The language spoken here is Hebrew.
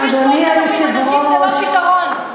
את לא רואה את תושבי דרום תל-אביב.